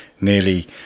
nearly